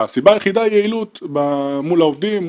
הסיבה היחידה היא יעילות מול העובדים,